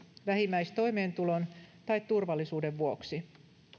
vähimmäistoimeentulon tai turvallisuuden vuoksi